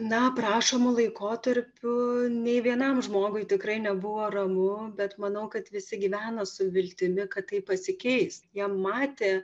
na aprašomu laikotarpiu nei vienam žmogui tikrai nebuvo ramu bet manau kad visi gyvena su viltimi kad tai pasikeis jie matė